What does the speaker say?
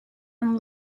and